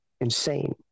insane